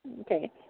Okay